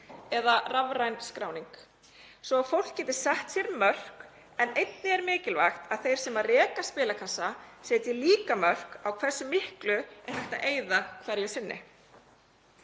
eða rafræn skráning svo að fólk geti sett sér mörk en einnig er mikilvægt að þeir sem reka spilakassa setji líka mörk á hversu miklu er hægt að eyða hverju sinni.